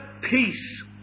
peace